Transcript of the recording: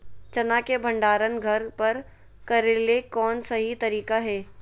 चना के भंडारण घर पर करेले कौन सही तरीका है?